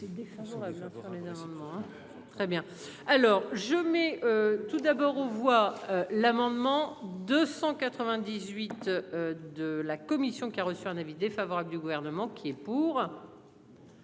C'est le défenseur avec sa femme. Très bien alors je mets tout d'abord aux voix l'amendement 298. De la commission qui a reçu un avis défavorable du gouvernement qui est pour.